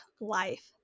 life